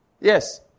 Yes